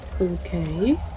Okay